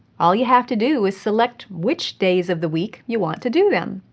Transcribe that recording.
all you have to do is select which days of the week you want to do them.